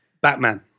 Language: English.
Batman